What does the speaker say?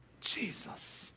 Jesus